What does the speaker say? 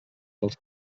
dels